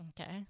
okay